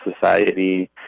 Society